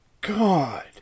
God